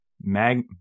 mag